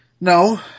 No